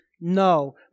No